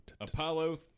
Apollo